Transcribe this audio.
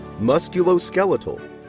musculoskeletal